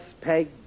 Peg